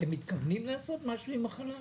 אתם מתכוונים לעשות משהו עם החל"ת?